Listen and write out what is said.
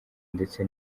ndetse